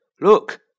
Look